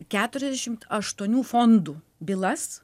keturiasdešimt aštuonių fondų bylas